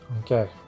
Okay